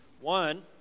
One